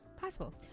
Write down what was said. possible